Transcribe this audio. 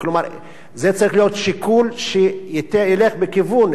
זה צריך להיות שיקול שילך בכיוון אחד: שיהיה